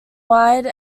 wide